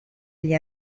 gli